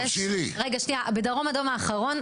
בדרום אדום האחרון,